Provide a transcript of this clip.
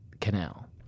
canal